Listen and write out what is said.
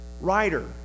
writer